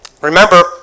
Remember